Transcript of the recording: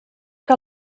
que